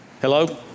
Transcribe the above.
Hello